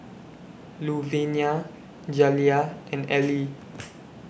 Louvenia Jaliyah and Elie